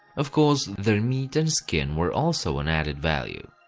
of course, their meat and skins were also an added value.